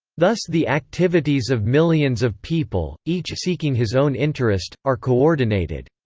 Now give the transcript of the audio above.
thus the activities of millions of people, each seeking his own interest, are coordinated.